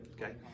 okay